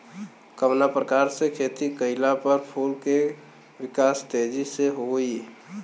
कवना प्रकार से खेती कइला पर फूल के विकास तेजी से होयी?